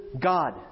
God